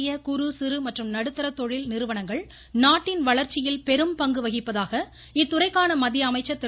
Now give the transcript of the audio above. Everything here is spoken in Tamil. மத்திய குறு சிறு மற்றும் நடுத்தர தொழில் நிறுவனங்கள் நாட்டின் வளர்ச்சியில் பெரும் பங்கு வகிப்பதாக இத்துறைக்கான மத்திய அமைச்சர் திரு